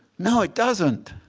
no, it doesn't.